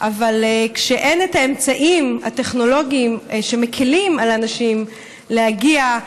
אבל כשאין את האמצעים הטכנולוגיים שמקילים על אנשים להגיע,